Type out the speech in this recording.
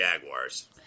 Jaguars